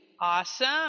Awesome